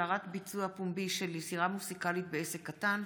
התרת ביצוע פומבי של יצירה מוזיקלית בעסק קטן),